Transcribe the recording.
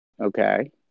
Okay